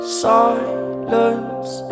silence